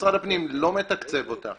שמשרד הפנים לא מתקצב אותה.